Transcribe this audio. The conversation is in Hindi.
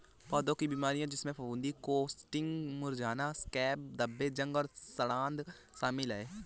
पौधों की बीमारियों जिसमें फफूंदी कोटिंग्स मुरझाना स्कैब्स धब्बे जंग और सड़ांध शामिल हैं